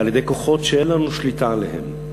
על-ידי כוחות שאין לנו שליטה עליהם.